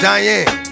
Diane